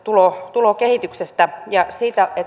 tulokehitystä ja sitä